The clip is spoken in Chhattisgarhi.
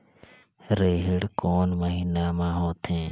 रेहेण कोन महीना म होथे?